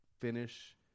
finish